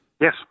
Yes